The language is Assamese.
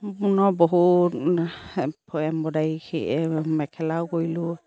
বহুত এম্ব্ৰইদাৰী মেখেলাও কৰিলোঁ